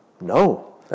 No